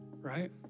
right